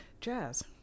Jazz